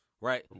right